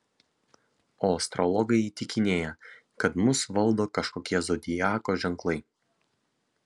o astrologai įtikinėja kad mus valdo kažkokie zodiako ženklai